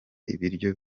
ibiryo